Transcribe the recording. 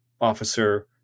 officer